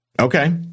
Okay